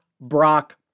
Brock